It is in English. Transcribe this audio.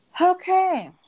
okay